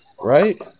right